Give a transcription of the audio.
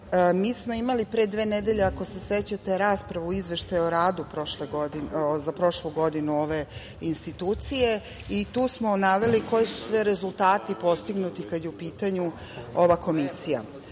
Mi smo imali pre dve nedelje, ako se sećate, raspravu o Izveštaju o radu za prošlu godinu ove institucije i tu smo naveli koji su sve rezultati postignuti kada je u pitanju ova Komisija. Prema